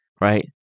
right